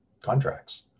contracts